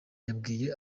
yabwiye